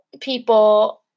people